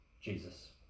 jesus